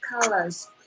colors